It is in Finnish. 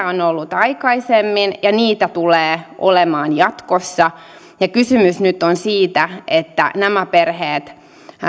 on ollut aikaisemmin ja niitä tulee olemaan jatkossa ja kysymys on nyt siitä että nämä perheet